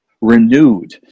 renewed